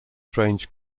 strange